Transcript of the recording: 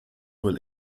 will